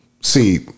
See